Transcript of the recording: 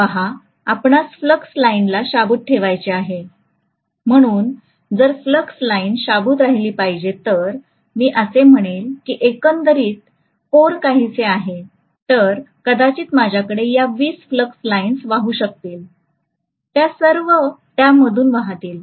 पहा आपणास फ्लक्स लाईन्सला शाबूत ठेवायचे आहे म्हणून जर फ्लक्स लाईन्स शाबूत राहिली पाहिजे तर मी असे म्हणेल की एकंदरीत कोर काहीसे असे आहे तर कदाचित माझ्याकडे या 20 फ्लक्स लाइन्स वाहू शकतात त्या सर्व त्यामधून वाहतील